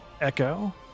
echo